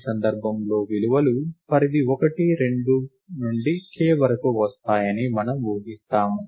ఈ సందర్భంలో విలువలు పరిధి 1 2 నుండి k వరకు వస్తాయని మనము ఊహిస్తాము